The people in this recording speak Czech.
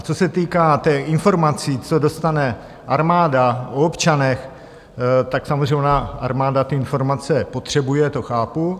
Co se týká těch informací, co dostane armáda o občanech, samozřejmě ona armáda ty informace potřebuje, to chápu.